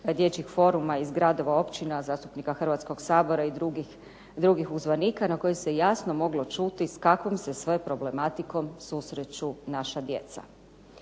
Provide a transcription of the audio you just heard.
dječjeg foruma iz gradova, općina, zastupnika Hrvatskog sabora i drugih uzvanika na koje se jasno moglo čuti s kakvom se sve problematikom susreću naša djeca.